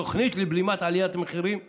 תוכנית לבלימת עליית המחירים בדיור.